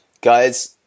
guys